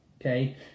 Okay